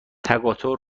تقاطع